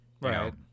Right